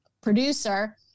producer